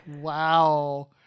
Wow